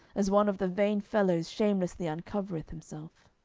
as one of the vain fellows shamelessly uncovereth himself!